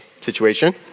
situation